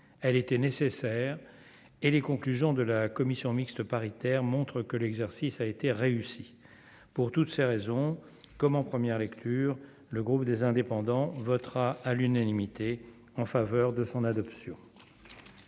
elles étaient nécessaires et les conclusions de la commission mixte paritaire, montre que l'exercice a été réussi pour toutes ces raisons, comme en première lecture, le groupe des indépendants votera à l'unanimité en faveur de son adoption.